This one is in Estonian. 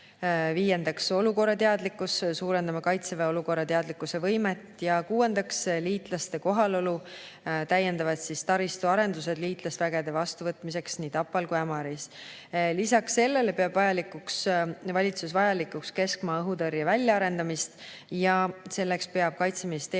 Viiendaks, olukorrateadlikkus: suurendame Kaitseväe olukorrateadlikkuse võimet. Kuuendaks, liitlaste kohalolu: täiendavad taristuarendused liitlasvägede vastuvõtmiseks nii Tapal kui ka Ämaris. Lisaks sellele peab valitsus vajalikuks keskmaa õhutõrje väljaarendamist. Selleks peab Kaitseministeerium